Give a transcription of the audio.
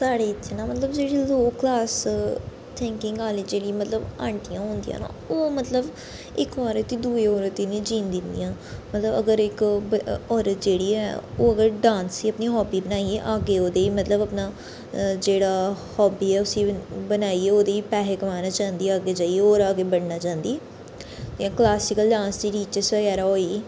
साढ़े इत्थै ना मतलब जेह्ड़ी लोह् क्लास थिंकिंग आह्ली जेह्ड़ी मतलब आंटियां होंदियां ओह् मतलब इक औरत ना दूई औरत गी जीन दिंदी मतलब अगर इक औरत जेह्ड़ी ऐ ओह् अगर डांस गी अपनी हाॅबी बनाइयै ओह्दे च मतलब अपना जेह्ड़ा हाॅबी ऐ उसी बनाइयै ओह्दे च पैसे कमाना चांह्दी ऐ अग्गें जाइयै तो और अग्गें बधना चांह्दी जि'यां क्लासीकल डांस दी टीचर बगैरा होई गेई